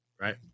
right